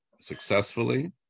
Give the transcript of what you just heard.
successfully